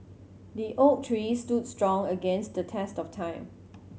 the oak tree stood strong against the test of time